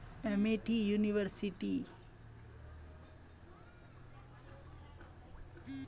Amity यूनिवर्सिटीत अनुसंधान निधीकरण सरकार द्वारा नइ मिल छेक